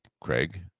Craig